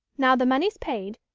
now the money's paid,